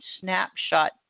snapshot